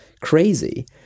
crazy